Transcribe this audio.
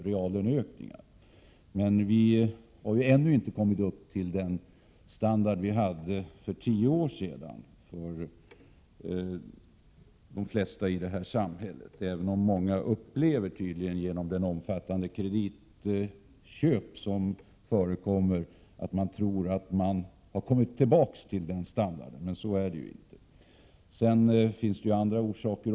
De flesta människor i samhället har emellertid ännu inte kommit upp i den standard som de hade för tio år sedan, även om många människor, med tanke på de omfattande kreditköp som förekommer, upplever att de åter har den standard som de tidigare hade, men så är det ju inte.